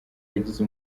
yagize